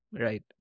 right